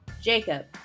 Jacob